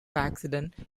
accident